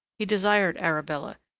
he desired arabella,